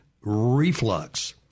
reflux